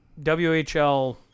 whl